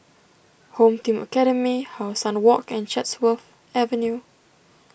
Home Team Academy How Sun Walk and Chatsworth Avenue